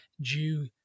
due